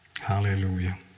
Hallelujah